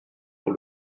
pour